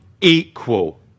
equal